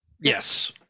Yes